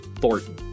Thornton